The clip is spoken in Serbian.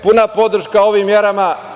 Puna podrška ovim merama.